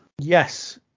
Yes